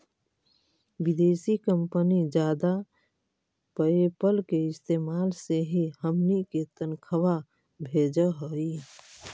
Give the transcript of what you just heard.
विदेशी कंपनी जादा पयेपल के इस्तेमाल से ही हमनी के तनख्वा भेजऽ हइ